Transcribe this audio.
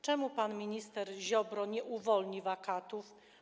Czemu pan minister Ziobro nie uwolni wakatów?